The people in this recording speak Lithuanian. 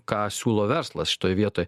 ką siūlo verslas šitoj vietoj